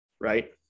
right